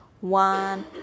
one